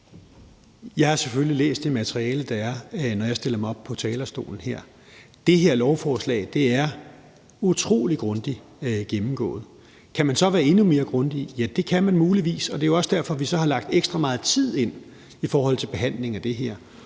Jeg har selvfølgelig læst det materiale, der er, når jeg stiller mig op på talerstolen her. Det her lovforslag er utrolig grundigt gennemgået. Kan man så være endnu mere grundig? Ja, det kan man muligvis, og det er jo også derfor, vi så har lagt ekstra meget tid ind i forhold til behandling af det her.